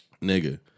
Nigga